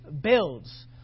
builds